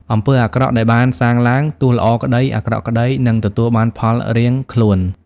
អំពើអាក្រក់ដែលបានសាងឡើង ទោះល្អក្ដី អាក្រក់ក្ដី នឹងទទួលបានផលរៀងខ្លួន ។